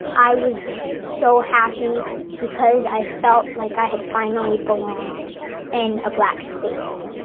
i was so happy because i felt like i had finally belonged in a black space